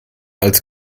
als